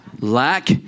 Lack